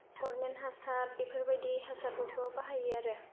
government हासार बेफोरबायदि हासारफोरखौ बाहायो आरो